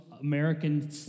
American